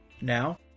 Now